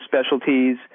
specialties